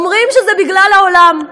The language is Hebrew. אומרים שזה בגלל העולם.